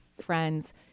friends